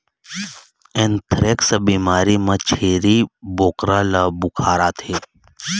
anthrax बिमारी म छेरी बोकरा ल बुखार आथे